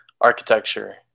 architecture